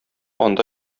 анда